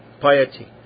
piety